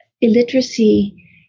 illiteracy